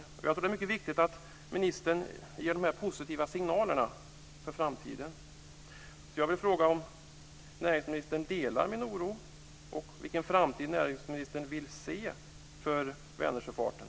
Jag tror att det är mycket viktigt att ministern ger de här positiva signalerna för framtiden. Jag vill fråga om näringsministern delar min oro och vilken framtid näringsministern vill se för Vänersjöfarten.